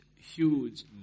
huge